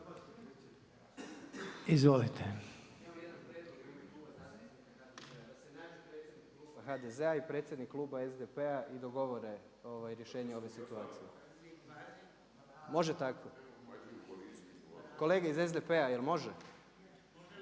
uključen./… i predsjednik kluba SDP-a i dogovore rješenje ove situacije. Može tako? Kolege iz SDP-a jel može?